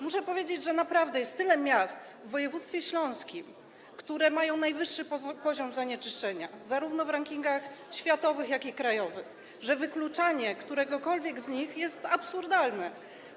Muszę powiedzieć, że jest tyle miast w województwie śląskim, które mają najwyższy poziom zanieczyszczenia, zarówno w rankingach światowych, jak i krajowych, że wykluczanie któregokolwiek z nich jest absurdalne.